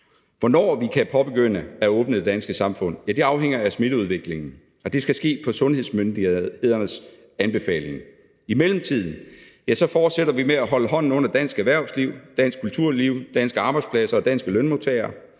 Hvornår vi kan påbegynde at genåbne det danske samfund, afhænger af smitteudviklingen. Og det skal ske på sundhedsmyndighedernes anbefaling. I mellemtiden fortsætter vi med at holde hånden under dansk erhvervsliv, dansk kulturliv, danske arbejdspladser og danske lønmodtagere.